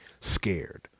scared